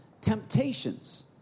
temptations